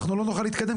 אנחנו לא נוכל להתקדם,